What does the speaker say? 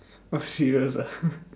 !wah! serious ah